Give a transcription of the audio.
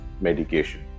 medication